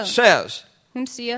says